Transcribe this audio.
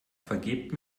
vergebt